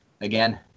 Again